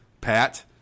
Pat